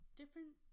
different